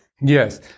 Yes